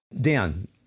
Dan